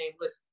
Listen